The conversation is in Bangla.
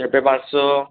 পেঁপে পাঁচশো